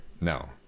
No